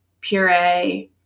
puree